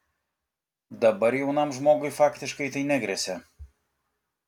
dabar jaunam žmogui faktiškai tai negresia